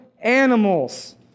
animals